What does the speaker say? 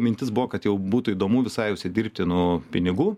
mintis buvo kad jau būtų įdomu visai užsidirbti nu pinigų